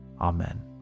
Amen